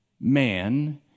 man